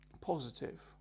positive